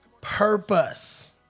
purpose